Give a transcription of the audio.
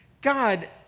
God